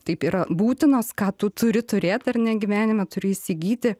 taip yra būtinos ką tu turi turėt ar ne gyvenime turi įsigyti